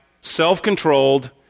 self-controlled